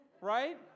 right